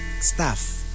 staff